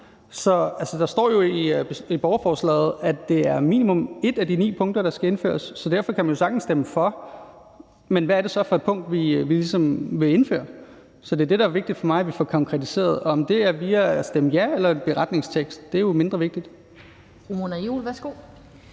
nu? Der står jo i borgerforslaget, at det er minimum et af de ni punkter, der skal indføres. Derfor kan man sagtens stemme for, men hvad er det så for et punkt, vi ligesom vil indføre? Det er det, det er vigtigt for mig at vi får konkretiseret. Om det er via at stemme ja eller via en beretningstekst, er mindre vigtigt.